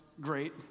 Great